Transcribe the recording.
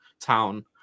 town